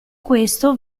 questo